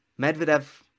Medvedev